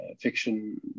Fiction